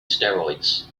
steroids